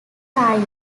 taiwan